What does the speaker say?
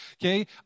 Okay